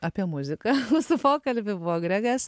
apie muziką mūsų pokalbį buvo gregas